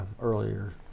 earlier